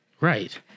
Right